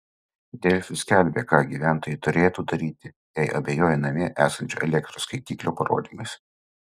delfi skelbė ką gyventojai turėtų daryti jei abejoja namie esančio elektros skaitiklio parodymais